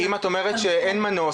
אם את אומרת שאין מנוס,